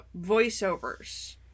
voiceovers